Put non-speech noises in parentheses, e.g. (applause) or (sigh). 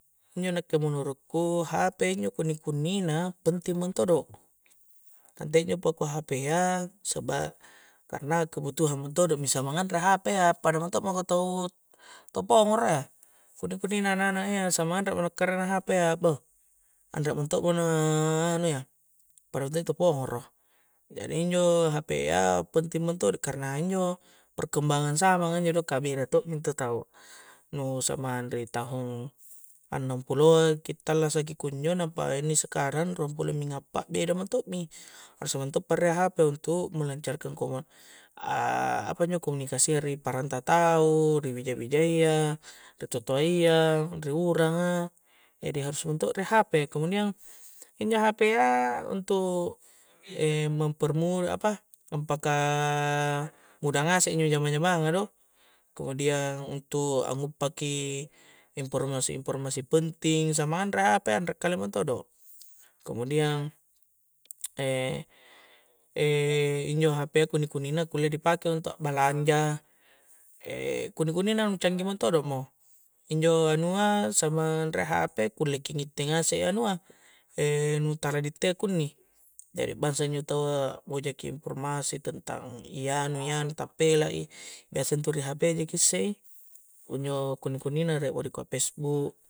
Injo nakke menurukku hp injo kunni-kunni na penting mentodo ante injo pakua hp a seba' karena kebutuhan mentodo nu samang anre hp iya pada mento' mako tau pongoro iya kunni-kunni na anak-anak a iya samang anre mo na karena hp iya bou anre mento' mo na anu iya pada mento' i tu pongoro jadi injo hp a penting mentodo karena injo perkembangan zaman a injo do ka beda tokmi intu tau nu zamang ri tahung annangpuloaki tallasa ki kunjo nampa inni sekarang ruang pulongmi appa meda mento' mi harus mento' pa riek hp untuk melancarkan komu (hesitation) panjo komunikasia ri paranta tau ri bija-bijayya ri totoayya, ri uranga jadi harus mento riek hp kemudiang injo hp a untu' (hesitation) mempermu (hesitation) apa ampaka muda ngasek injo jama-jamang a do kemudiang untuk anguppa ki infomasi informasi penting samang anre hp iya anre kalia mentodo' kemudiang (hesitation) injo hp a kunni-kunni na kulle dipake utu' akbalanja (hesitation) kunni-kuni na nu canggi mentodo mo injo anua samang riek hp kulleki ngitte ngasek i anua (hesitation) nu tala di ittea kunni jadi bangsa injo taua bojaki informasi tentang i anu-i anu tappela i biasa intu ri hp a jaki isse i unjo kunni-kunni na riek mo dikua pesbuk